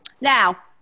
Now